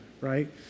right